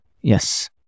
Yes